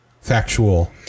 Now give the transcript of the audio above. factual